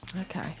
Okay